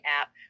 app